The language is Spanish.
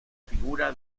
figura